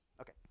Okay